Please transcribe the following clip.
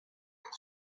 pour